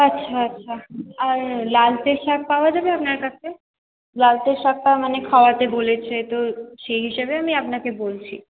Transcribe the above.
আচ্ছা আচ্ছা আর লালচে শাক পাওয়া যাবে আপনার কাছে লালচে শাকটা মানে খাওয়াতে বলেছে তো সেই হিসাবেই আমি আপনাকে বলছি